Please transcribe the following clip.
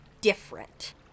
different